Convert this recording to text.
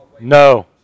no